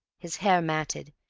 his hair matted,